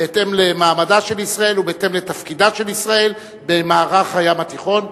בהתאם למעמדה של ישראל ובהתאם לתפקידה של ישראל במערך הים התיכון.